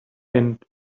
and